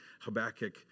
Habakkuk